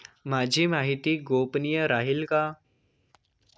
माझी माहिती गोपनीय राहील का?